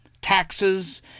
taxes